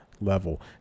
level